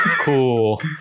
cool